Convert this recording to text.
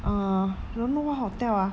uh don't know what hotel ah